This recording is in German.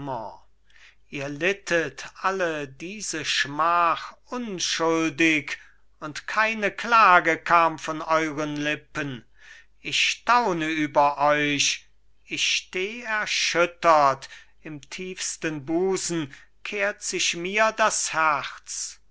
ihr littet alle diese schmach unschuldig und keine klage kam von euren lippen ich staune über euch ich steh erschüttert im tiefsten busen kehrt sich mir das herz